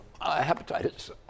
hepatitis